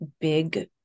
big